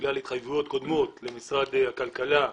בגלל התחייבויות קודמות למשרד הכלכלה,